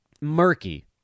murky